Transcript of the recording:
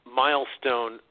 milestone